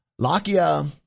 Lakia